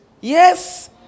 Yes